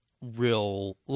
real